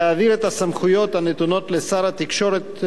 להעביר את הסמכויות הנתונות לשר התקשורת,